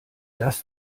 das